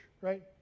right